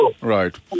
Right